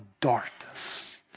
darkness